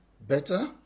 better